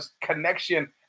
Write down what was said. connection